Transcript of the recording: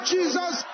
Jesus